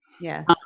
Yes